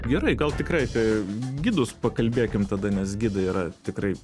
gerai gal tikrai apie gidus pakalbėkim tada nes gidai yra tikrai